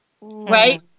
Right